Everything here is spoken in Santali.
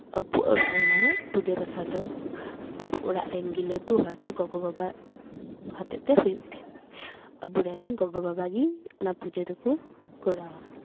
ᱟᱵᱚ ᱚᱲᱟᱜ ᱨᱮᱱᱟᱜ ᱯᱩᱡᱟᱹ ᱯᱟᱥᱟ ᱫᱚ ᱟᱵᱚ ᱚᱲᱟᱜ ᱨᱮᱱ ᱜᱮ ᱞᱟᱹᱴᱩ ᱦᱚᱲ ᱥᱮ ᱜᱚᱜᱚᱼᱵᱟᱵᱟ ᱦᱚᱛᱮᱜ ᱛᱮ ᱦᱩᱭᱩᱜ ᱛᱮ ᱟᱵᱚ ᱨᱮᱱ ᱜᱚᱜᱚᱼᱵᱟᱵᱟᱜᱮ ᱚᱱᱟ ᱯᱩᱡᱟᱹ ᱫᱚᱠᱚ ᱠᱚᱨᱟᱣᱟ